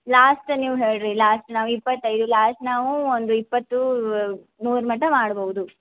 last ನೀವು ಹೇಳಿ ರೀ ಲಾಸ್ಟ್ ನಾವು ಇಪ್ಪತ್ತೈದು ಲಾಸ್ಟ್ ನಾವು ಒಂದು ಇಪ್ಪತ್ಮೂರು ಮಟ ಮಾಡ್ಬೌದು